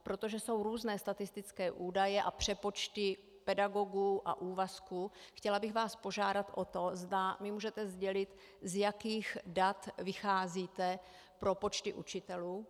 Protože jsou různé statistické údaje a přepočty pedagogů a úvazků, chtěla bych vás požádat o to, zda můžete sdělit, z jakých dat vycházíte pro počty učitelů.